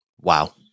wow